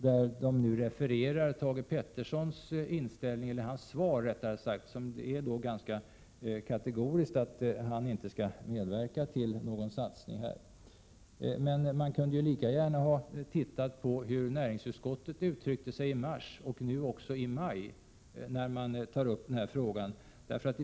De refererar nu Thage Petersons svar så, att han ganska kategoriskt sade att han inte vill medverka till någon satsning här. Men de kunde lika gärna ha tittat på hur näringsutskottet uttryckte sig i mars, och också nu i maj, när man tog upp den här frågan.